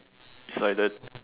it's like the